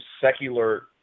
secular